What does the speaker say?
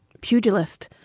pugilist,